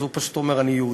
אז הוא פשוט אומר: אני יהודי.